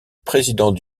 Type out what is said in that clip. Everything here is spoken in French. président